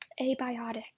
abiotic